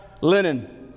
linen